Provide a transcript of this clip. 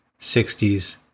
60s